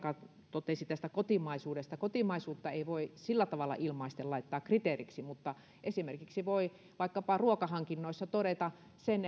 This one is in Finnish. todeta tästä kotimaisuudesta niin kotimaisuutta ei voi sillä tavalla ilmaisten laittaa kriteeriksi mutta esimerkiksi voidaan vaikkapa ruokahankinnoissa todeta